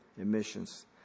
emissions